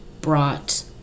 brought